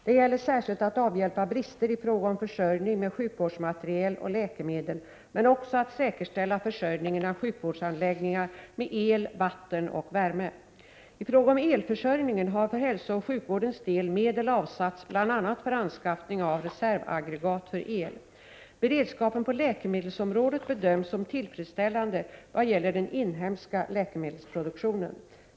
Det gäller särskilt att avhjälpa brister i fråga om försörjning med sjukvårdsmateriel och läkemedel, men också att säkerställa försörjningen av sjukvårdsanläggningar med el, vatten och värme. I fråga om elförsörjningen har för hälsooch sjukvårdens del medel avsatts Prot. 1988/89:36 bl.a. för anskaffning av reservaggregat för el. Beredskapen på läkemedels 1 december 1988 området bedöms som tillfredsställande vad gäller den inhemska läkemedelsproduktionen.